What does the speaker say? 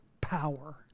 power